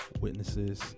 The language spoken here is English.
witnesses